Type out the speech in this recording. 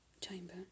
chamber